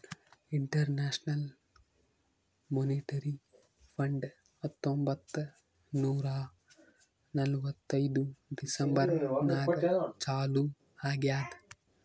international Monetary Fund ಹತ್ತೊಂಬತ್ತ್ ನೂರಾ ನಲ್ವತ್ತೈದು ಡಿಸೆಂಬರ್ ನಾಗ್ ಚಾಲೂ ಆಗ್ಯಾದ್